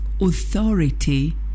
authority